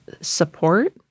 support